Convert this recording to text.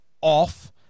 off